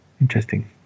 Interesting